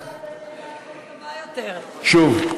שוב,